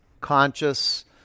conscious